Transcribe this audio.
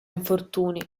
infortuni